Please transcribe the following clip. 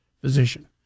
physician